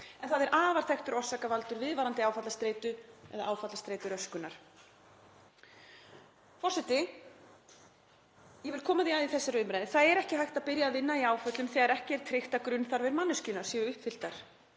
en það er afar þekktur orsakavaldur viðvarandi áfallastreitu eða áfallastreituröskunar. Forseti. Ég vil koma því að í þessari umræðu að það er ekki hægt að byrja að vinna í áföllum þegar ekki er tryggt að grunnþarfir manneskjunnar séu uppfylltar.